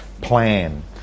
plan